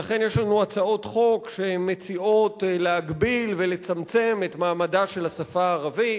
ולכן יש לנו הצעות חוק להגביל ולצמצם את מעמדה של השפה הערבית,